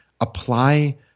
apply